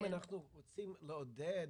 אבל חשבתי שאם אנחנו רוצים לעודד...